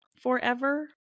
forever